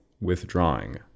withdrawing